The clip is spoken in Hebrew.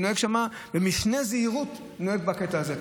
כשאני נוהג שם, במשנה זהירות אני נוהג בקטע הזה.